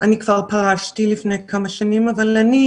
אני כבר פרשתי לפני כמה שנים אבל אני